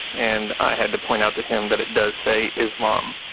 and i had to point out to him that it does say islam.